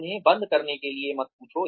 उन्हें बंद करने के लिए मत पूछो